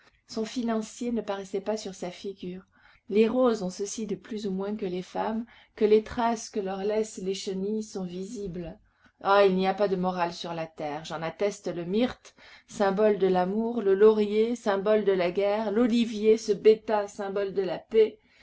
son financier ne paraissait pas sur sa figure les roses ont ceci de plus ou de moins que les femmes que les traces que leur laissent les chenilles sont visibles ah il n'y a pas de morale sur la terre j'en atteste le myrte symbole de l'amour le laurier symbole de la guerre l'olivier ce bêta symbole de la paix